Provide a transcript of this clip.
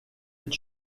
êtes